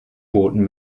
booten